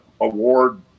Award